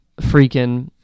freaking